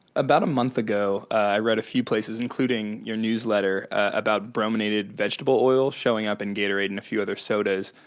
about a month ago, i read a few places, including your newsletter, about brominated vegetable oil showing up in gatorade and a few other sodas,